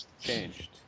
changed